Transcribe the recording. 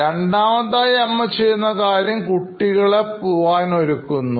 രണ്ടാമതായി അമ്മ ചെയ്യുന്ന കാര്യം കുട്ടികളെ പോകാൻ ഒരുക്കുന്നു